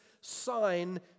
sign